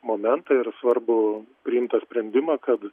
momentą ir svarbų priimtą sprendimą kad